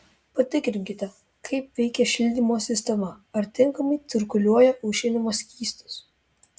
patikrinkite kaip veikia šildymo sistema ar tinkamai cirkuliuoja aušinimo skystis